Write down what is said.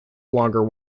longer